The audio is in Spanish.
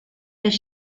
les